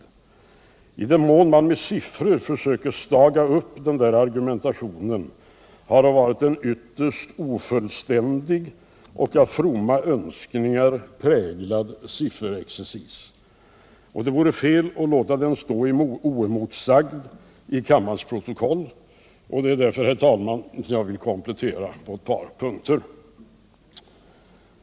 I den mån man med siffror försöker staga upp den där argumentationen har det varit en ytterst ofullständig och av fromma önskningar präglad sifferexercis. Det vore fel att låta den stå oemotsagd i kammarens protokoll, och det är därför, herr talman, jag vill komplettera på eu par punkter.